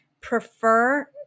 prefer